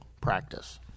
practice